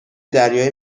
دریای